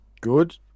good